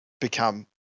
become